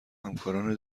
همکارانی